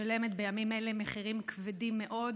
שמשלמת בימים אלה מחירים כבדים מאוד,